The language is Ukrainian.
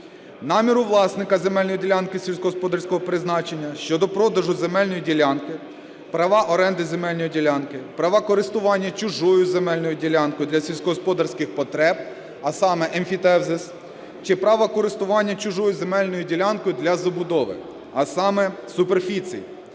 наміру власника земельної ділянки сільськогосподарського призначення щодо продажу земельної ділянки, права оренди земельної ділянки, права користування чужою земельною ділянкою для сільськогосподарських потреб, а саме емфітевзис; чи права користування чужою земельною ділянкою для забудови, а саме суперфіцій,